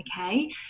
okay